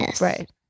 right